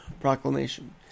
Proclamation